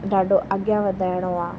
ॾाढो अॻियां वधाइणो आहे